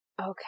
Okay